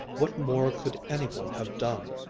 what more could any one have done?